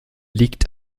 liegt